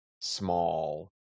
small